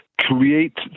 create